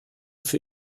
für